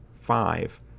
five